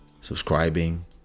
subscribing